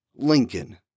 Lincoln